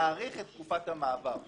להאריך את תקופת המעבר בגדול,